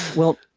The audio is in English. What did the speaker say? well,